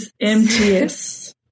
MTS